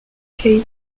kate